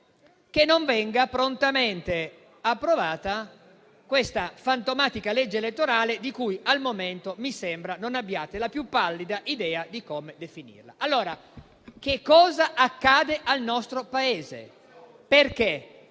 che non venga prontamente approvata questa fantomatica legge elettorale, di cui al momento mi sembra non abbiate la più pallida idea di come definire. Che cosa accadrà al nostro Paese? Nel